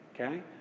okay